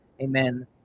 amen